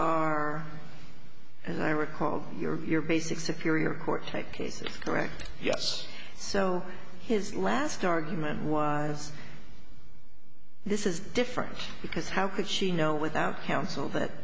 are and i recall your basic superior court cases correct yes so his last argument was this is different because how could she know without counsel that